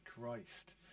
Christ